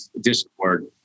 discord